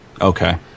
okay